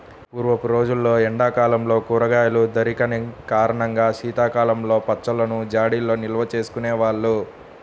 పూర్వపు రోజుల్లో ఎండా కాలంలో కూరగాయలు దొరికని కారణంగా శీతాకాలంలో పచ్చళ్ళను జాడీల్లో నిల్వచేసుకునే వాళ్ళు